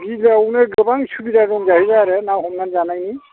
बिलोआवनो गोबां सुबिदा दं जाहैबाय आरो ना हमनानै जानायनि